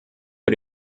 für